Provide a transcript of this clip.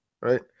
right